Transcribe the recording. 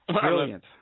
brilliant